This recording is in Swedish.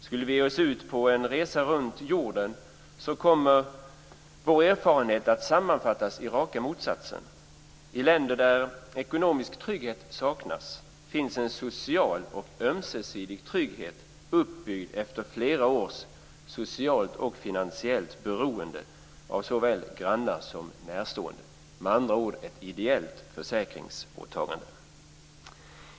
Skulle vi ge oss ut på en resa runt jorden, skulle vår samlade erfarenhet bli raka motsatsen. I länder där ekonomisk trygghet saknas, finns en social och ömsesidig trygghet uppbyggd efter flera års socialt och finansiellt beroende av såväl grannar som närstående, med andra ord ett ideellt försäkringsåtagande.